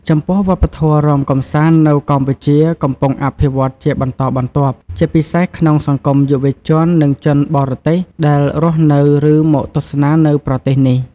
ចំពោះវប្បធម៌រាំកម្សាន្តនៅកម្ពុជាកំពុងអភិវឌ្ឍន៍ជាបន្តបន្ទាប់ ជាពិសេសក្នុងសង្គមយុវជននិងជនបរទេសដែលរស់នៅ ឬមកទស្សនានៅប្រទេសនេះ។